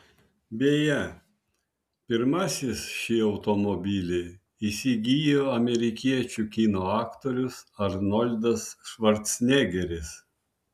beje pirmasis šį automobilį įsigijo amerikiečių kino aktorius arnoldas švarcnegeris